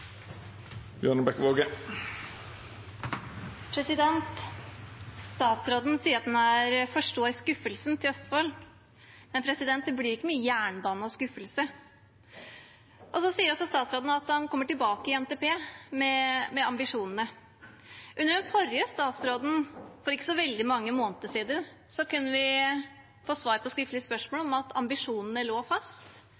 Statsråden sier at han forstår skuffelsen til Østfold, men det blir ikke mye jernbane av skuffelse. Så sier også statsråden at han kommer tilbake i NTP med ambisjonene. Under den forrige statsråden, for ikke så veldig mange måneder siden, kunne vi få som svar på skriftlig spørsmål